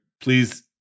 please